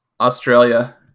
Australia